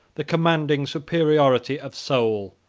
the commanding superiority of soul,